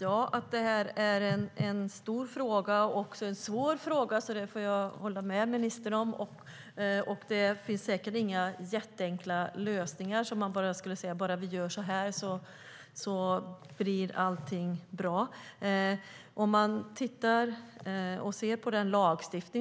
Våldtäkt är en stor och svår fråga. Där håller jag med ministern. Det finns inga enkla lösningar; genom att göra så här blir allt bra. Låt oss se på lagstiftningen.